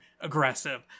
aggressive